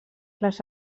les